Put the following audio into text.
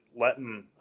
letting